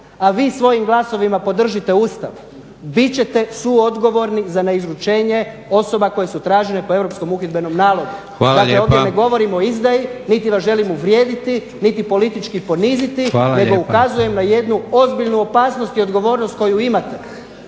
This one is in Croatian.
a vi svojim glasovima podržite Ustav, bit ćete suodgovorni za neizručenje osoba koje su tražene po europskom uhidbenom nalogu. Ovdje ne govorimo o izdaji, niti vas želim uvrijediti, niti politički poniziti, nego ukazujem na jednu ozbiljnu opasnost i odgovornost koju imate.